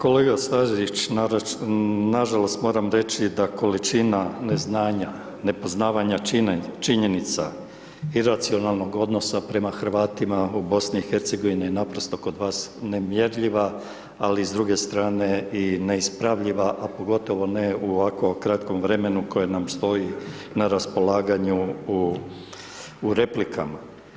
Kolega Stazić, nažalost moram reći da količina neznanja, nepoznavanja činjenica i racionalnog odnosa prema Hrvatima u BiH-u naprosto kod vas je nemjerljiva ali s druge strane i neispravljiva a pogotovo ne u ovako kratkom vremenu koje nam stoji na raspolaganju u replikama.